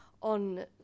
on